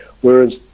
Whereas